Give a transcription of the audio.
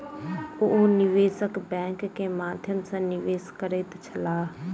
ओ निवेशक बैंक के माध्यम सॅ निवेश करैत छलाह